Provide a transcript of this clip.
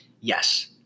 Yes